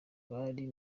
bari